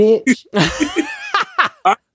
bitch